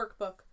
workbook